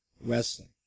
wrestling